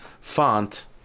font